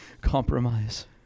compromise